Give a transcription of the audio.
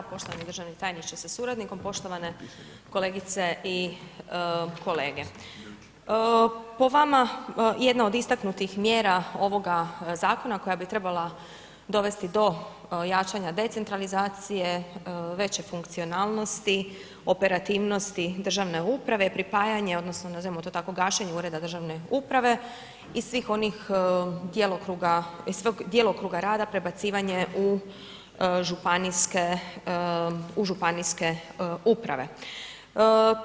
Poštovani državni tajniče sa suradnikom, poštovane kolegice i kolege, po vama jedna od istaknutih mjera ovoga zakona koja bi trebala dovesti do jačanja decentralizacije, veće funkcionalnosti, operativnosti državne uprave, pripajanje odnosno nazovimo to tako gašenje ureda državne uprave i svih onih djelokruga i svog djelokruga rada prebacivanje u županijske, u županijske uprave.